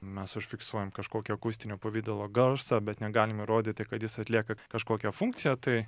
mes užfiksuojam kažkokį akustinio pavidalo garsą bet negalim įrodyti kad jis atlieka kažkokią funkciją tai